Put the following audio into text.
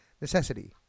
necessity